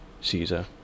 Caesar